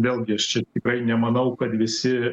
vėl gi aš čia tikrai nemanau kad visi